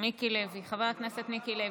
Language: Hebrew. חבר הכנסת מיקי לוי.